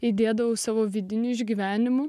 įdėdavau savo vidinių išgyvenimų